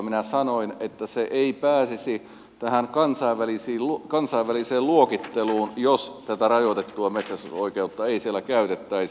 minä sanoin että se ei pääsisi kansainväliseen luokitteluun jos tätä rajoitettua metsästysoikeutta ei siellä käytettäisi